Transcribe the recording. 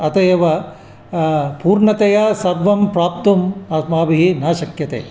अतः एव पूर्णतया सर्वं प्राप्तुम् अस्माभिः न शक्यते